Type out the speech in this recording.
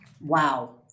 Wow